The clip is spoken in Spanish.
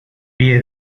pie